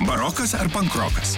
barokas ar pankrokas